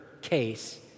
case